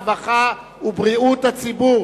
הרווחה והבריאות נתקבלה.